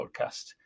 podcast